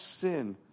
sin